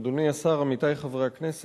תודה רבה, אדוני השר, עמיתי חברי הכנסת,